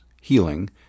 healing